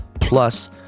Plus